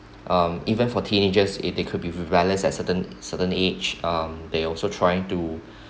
um even for teenagers it they could be rebellious at certain certain age um they also trying to